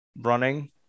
running